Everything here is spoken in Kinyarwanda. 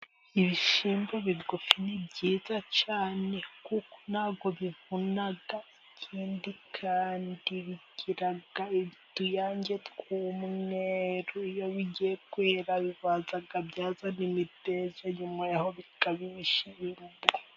Ibishyimbo bigufi ni byiza cyane kuko ntibivuna, ikindi Kandi bigira utuyange tw'umweru. Iyo bigiye kwera bibanza byazana imiteja, nyuma yaho bikaba ibishyimbo.